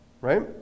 right